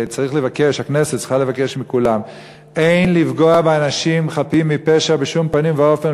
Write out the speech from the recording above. הכנסת צריכה לבקש מכולם: אין לפגוע באנשים חפים מפשע בשום פנים ואופן,